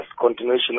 continuation